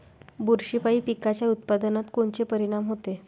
बुरशीपायी पिकाच्या उत्पादनात कोनचे परीनाम होते?